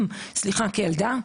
כילדה?